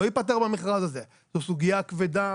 זו סוגיה כבדה.